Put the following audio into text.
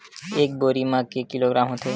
एक बोरी म के किलोग्राम होथे?